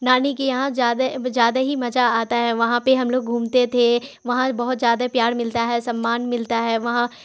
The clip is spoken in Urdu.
نانی کے یہاں جیادہ زیادہ ہی مزہ آتا ہے وہاں پہ ہم لوگ گھومتے تھے وہاں بہت زیادہ پیار ملتا ہے سمان ملتا ہے وہاں